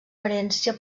herència